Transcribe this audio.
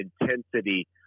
intensity